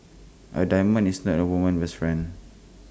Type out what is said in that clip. A diamond is not A woman's best friend